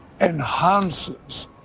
enhances